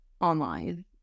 online